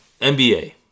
NBA